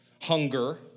hunger